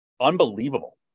Unbelievable